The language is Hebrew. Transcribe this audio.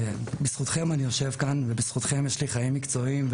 שבזכותם אני יושב כאן ויש לי חיים מקצועיים,